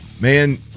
man